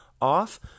off